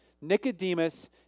Nicodemus